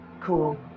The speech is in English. cool